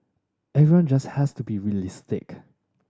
everyone just has to be realistic